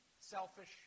selfish